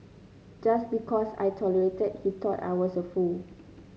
just because I tolerated he thought I was a fool